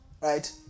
right